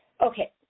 Okay